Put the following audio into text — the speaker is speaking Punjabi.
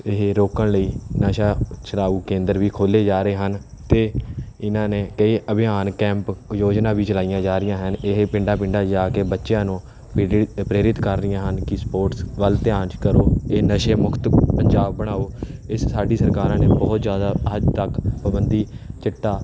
ਇਹ ਰੋਕਣ ਲਈ ਨਸ਼ਾ ਛਡਾਉ ਕੇਂਦਰ ਵੀ ਖੋਲ੍ਹੇ ਜਾ ਰਹੇ ਹਨ ਤੇ ਇਹਨਾਂ ਨੇ ਕਈ ਅਭਿਆਨ ਕੈਂਪ ਯੋਜਨਾ ਵੀ ਚਲਾਈਆਂ ਜਾ ਰਹੀਆਂ ਹਨ ਇਹ ਪਿੰਡਾਂ ਪਿੰਡਾਂ ਜਾ ਕੇ ਬੱਚਿਆਂ ਨੂੰ ਪ੍ਰੇਰਿਤ ਕਰ ਰਹੀਆਂ ਹਨ ਕਿ ਸਪੋਰਟਸ ਵੱਲ ਧਿਆਨ ਕਰੋ ਇਹ ਨਸ਼ੇ ਮੁੁਕਤ ਪੰਜਾਬ ਬਣਾਓ ਇਸ ਸਾਡੀ ਸਰਕਾਰਾਂ ਨੇ ਬਹੁਤ ਜ਼ਿਆਦਾ ਹੱਦ ਤੱਕ ਪਾਬੰਦੀ ਚਿੱਟਾ